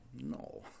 no